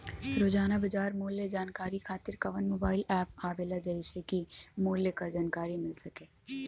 रोजाना बाजार मूल्य जानकारी खातीर कवन मोबाइल ऐप आवेला जेसे के मूल्य क जानकारी मिल सके?